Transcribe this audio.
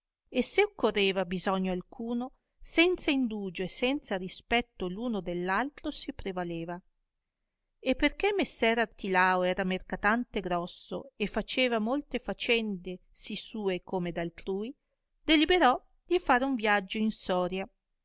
e se occorreva bisogno alcuno senza indugio e senza rispetto l un dell altro si prevaleva e perchè messer artilao era mercatante grosso e faceva molte faconde sì sue come d altrui deliberò di far un viaggio in soria